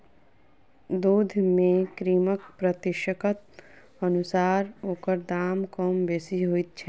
दूध मे क्रीमक प्रतिशतक अनुसार ओकर दाम कम बेसी होइत छै